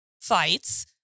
fights